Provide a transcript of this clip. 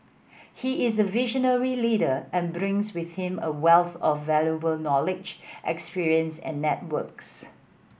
he is a visionary leader and brings with him a wealth of valuable knowledge experience and networks